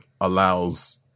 allows